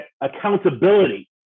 accountability